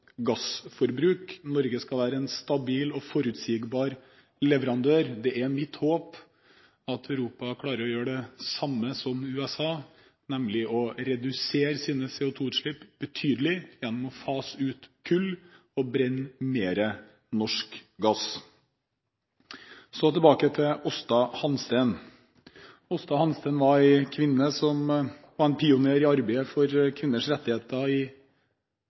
gassforbruk. Norge skal være en stabil og forutsigbar leverandør. Det er mitt håp at Europa klarer å gjøre det samme som USA, nemlig å redusere sine CO2-utslipp betydelig gjennom å fase ut kull og brenne mer norsk gass. Så tilbake til Aasta Hansteen. Aasta Hansteen var en kvinne som var en pioner i arbeidet for kvinners rettigheter i